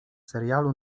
serialu